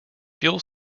fuel